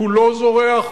כולו זורח,